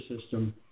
system